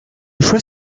choix